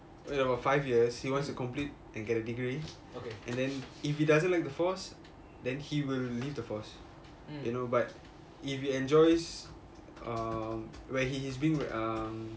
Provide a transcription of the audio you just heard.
and about five years he wants to complete and get a degree and then if he doesn't like the force then he will leave the force you know but if he enjoys um where he he's been where um